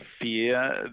fear